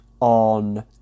on